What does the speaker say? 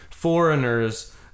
foreigners